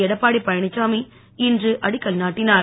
எடப்பாடி பழனிசாமி இன்று அடிக்கல் நாட்டினார்